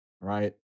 right